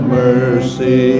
mercy